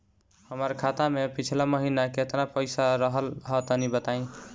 हमार खाता मे पिछला महीना केतना पईसा रहल ह तनि बताईं?